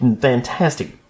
fantastic